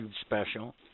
special